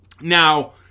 Now